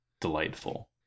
Delightful